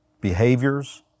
behaviors